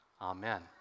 Amen